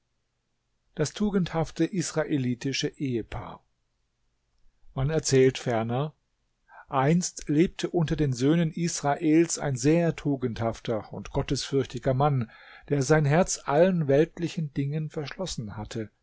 das tugendhafte israelitische ehepaar man erzählt ferner einst lebte unter den söhnen israels ein sehr tugendhafter und gottesfürchtiger mann der sein herz allen weltlichen dingen verschlossen hatte